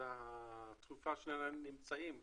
זו התקופה שאנחנו נמצאים בה,